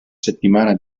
settimana